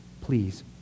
please